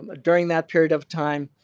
um during that period of time,